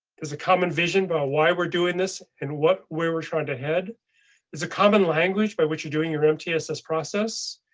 is a common vision by why we're doing this and what we were trying to head is a common language by what you're doing your mtss process.